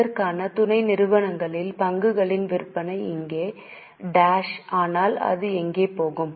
இதற்கான துணை நிறுவனங்களில் பங்குகளின் விற்பனை இங்கே ஆனால் அது எங்கே போகும்